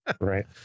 Right